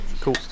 Cool